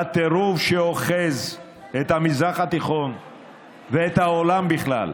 בטירוף שאוחז את המזרח התיכון ואת העולם בכלל.